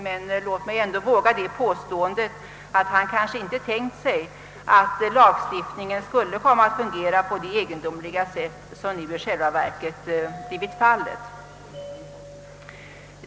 Men låt mig ändå våga påståendet, att han kanske inte tänkt sig att lagstiftningen skulle komma att fungera på det egendomliga sätt som nu i själva verket blivit fallet.